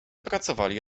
pracowali